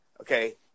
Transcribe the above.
Okay